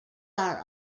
are